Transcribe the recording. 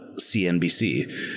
CNBC